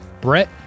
Brett